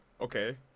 Okay